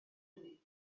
hynny